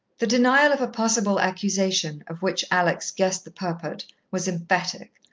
the denial of a possible accusation, of which alex guessed the purport, was emphatic.